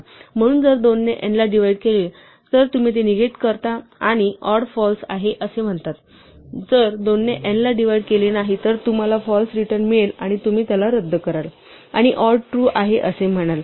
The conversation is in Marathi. म्हणून जर 2 ने n ला डिव्हाइड केले तर तुम्ही ते निगेट करता आणि ऑड फाल्स आहे असे म्हणता जर 2 ने n ला डिव्हाइड केले नाही तर तुम्हाला फाल्स रिटर्न मिळेल आणि तुम्ही त्याला रद्द कराल आणि ऑड ट्रू आहे असे म्हणाल